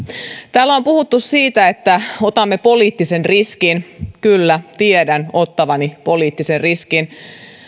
täällä on on puhuttu siitä että otamme poliittisen riskin kyllä tiedän ottavani poliittisen riskin